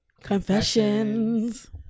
Confessions